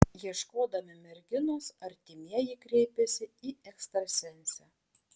ieškodami merginos artimieji kreipėsi į ekstrasensę